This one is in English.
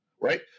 right